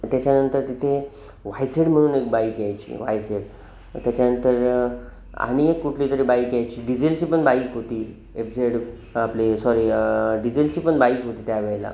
त्याच्यानंतर तिथे Y Z म्हणून एक बाईक यायची व्हाय झेड त्याच्यानंतर आणि एक कुठली तरी बाईक यायची डिझेलची पण बाईक होती एप झेड आपले सॉरी डिझेलची पण बाईक होती त्या वेळेला